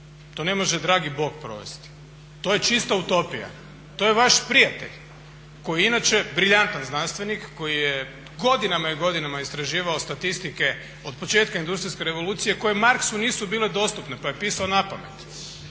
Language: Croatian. To ne može dragi Bog provesti. To je čista utopija. To je vaš prijatelj koji je inače briljantan znanstvenik koji je godinama i godinama istraživao statistike od početka industrijske revolucije koje Marksu nisu bile dostupne pa je pisao napamet